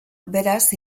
beraz